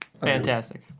fantastic